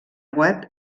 web